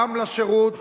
גם לשירות,